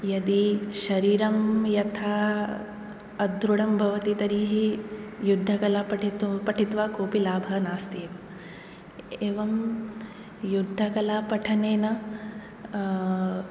यदि शरीरं यथा अदृढं भवति तर्हि युद्धकलां पठ् पठित्वा कोऽपि लाभः नास्ति एवं युद्धकला पठनेन